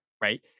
right